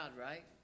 right